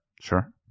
Sure